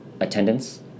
attendance